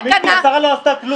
השרה לא עשתה כלום.